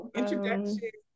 introduction